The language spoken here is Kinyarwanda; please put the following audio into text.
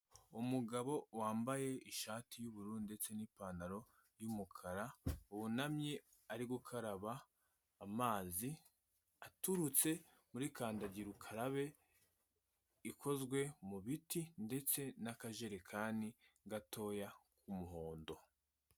Umugabo wambaye ishati y'ubururu ndetse n'ipantaro y'umukara, wunamye ari gukaraba amazi aturutse muri kandagira ukarabe ikozwe mu biti, ndetse n'akajerekani gatoya k'umuhondo.